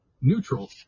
Neutral